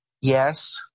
yes